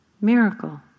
Miracle